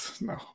no